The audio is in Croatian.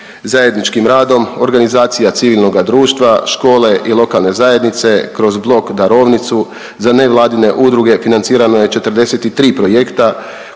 Zajedničkim radom organizacija civilnoga društva, škole i lokalne zajednice kroz Blok darovnicu za nevladine udruge financirano je 43 projekta